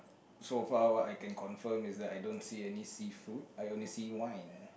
so far what I can confirm is that I don't see any seafood I only see wine